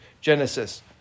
Genesis